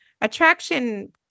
attraction